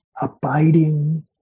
abiding